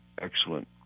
excellent